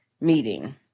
meeting